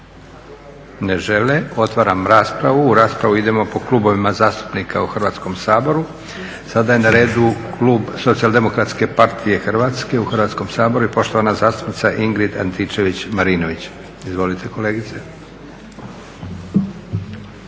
Ne žele. Otvaram raspravu. U raspravu idemo po klubovima zastupnika u Hrvatskom saboru. Sada je na redu klub SDP-a Hrvatske u Hrvatskom saboru i poštovana zastupnica Ingrid Antičević-Marinović. Izvolite kolegice.